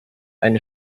eine